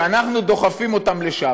כשאנחנו דוחפים אותם לשם.